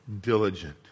diligent